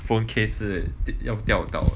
phone case 是要掉掉